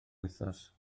wythnos